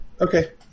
Okay